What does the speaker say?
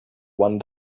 one